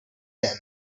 them